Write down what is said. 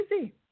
easy